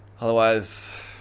Otherwise